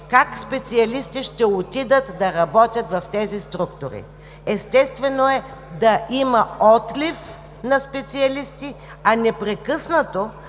как специалисти ще отидат да работят в тези структури? Естествено е да има отлив на специалисти, а непрекъснато